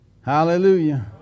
Hallelujah